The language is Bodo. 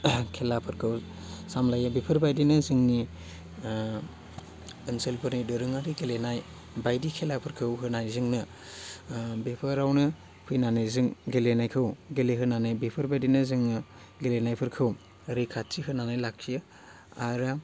खेलाफोरखौ सामलायो बेफोरबायदिनो जोंनि ओनसोलफोरनि दोरोङारि गेलेनाय बायदि खेलाफोरखौ होनायजोंनो बेफोरावनो फैनानै जों गेलेनायखौ गेलेहोनानै बेफोरबायदिनो जोङो गेलेनायफोरखौ रैखाथि होनानै लाखियो आरो